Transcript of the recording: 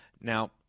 Now